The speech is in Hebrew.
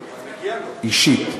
אישית,